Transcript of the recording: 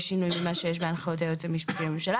שינוי ממה שיש בהנחיות היועץ המשפטי לממשלה,